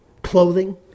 Clothing